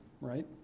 right